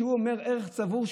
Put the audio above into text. כשהוא אומר שהוא מבטל ערך צבור,